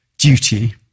duty